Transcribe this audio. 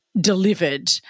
Delivered